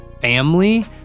family